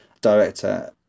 director